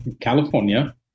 California